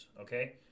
Okay